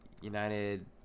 United